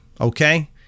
okay